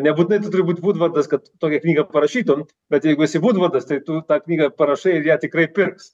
nebūtinai tu turbūt būt vūdvardas kad tokią knygą parašytum bet jeigu esi vūdvardas tai tu tą knygą parašai ir ją tikrai pirks